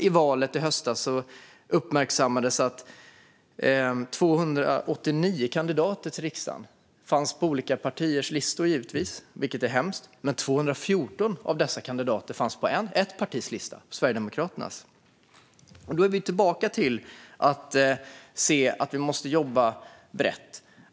I valet i höstas uppmärksammades att 289 kandidater som gett uttryck för nazism eller rasism fanns med på olika riksdagspartiers listor, vilket är hemskt. Av dessa fanns 214 med på ett partis lista, nämligen Sverigedemokraternas. Då är vi tillbaka till att se att vi måste jobba brett.